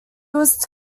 was